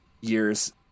years